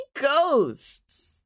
ghosts